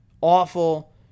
awful